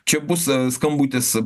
čia bus skambutis